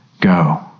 go